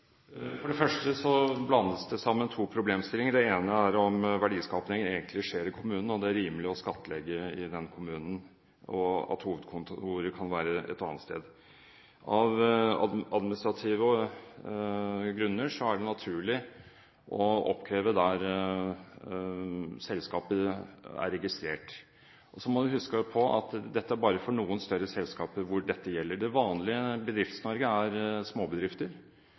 For det første blander man sammen to problemstillinger. Det ene er om verdiskapingen egentlig skjer i kommunen og det er rimelig å skattlegge i denne kommunen, og at hovedkontoret kan være et annet sted. Av administrative grunner er det naturlig å oppkreve der selskapet er registrert. Så må en huske på at dette bare gjelder for noen større selskaper. Det vanlige Bedrifts-Norge består av småbedrifter med under 15 ansatte, og da vil det